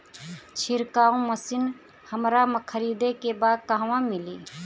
छिरकाव मशिन हमरा खरीदे के बा कहवा मिली?